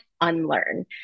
unlearn